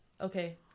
Okay